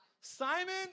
Simon